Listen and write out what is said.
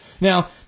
Now